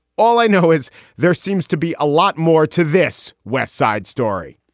all i know is there seems to be a lot more to this west side story